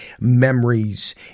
Memories